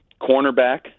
cornerback